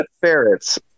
ferrets